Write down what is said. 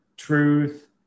truth